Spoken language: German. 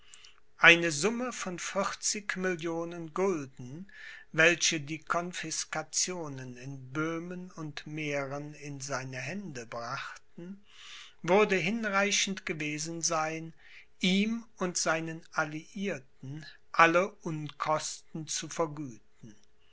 eine summe von vierzig millionen gulden welche die confiscationen in böhmen und mähren in seine hände brachten würde hinreichend gewesen sein ihm und seinen alliierten alle unkosten zu vergüten